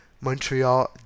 Montreal